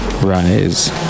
rise